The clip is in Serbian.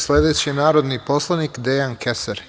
Sledeći je narodni poslanik Dejan Kesar.